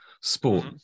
sport